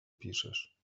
piszesz